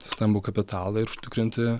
stambų kapitalą ir užtikrinti